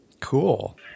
Cool